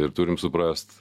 ir turim suprast